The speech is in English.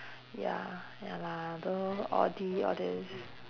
ya ya lah tho~ audi all this